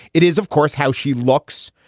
it is, of course, how she looks,